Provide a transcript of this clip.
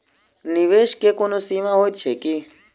निवेश केँ कोनो सीमा होइत छैक की?